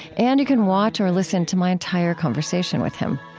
and you can watch or listen to my entire conversation with him.